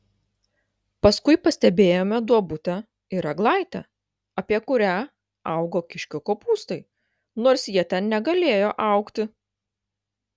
paskui pastebėjome duobutę ir eglaitę apie kurią augo kiškio kopūstai nors jie ten negalėjo augti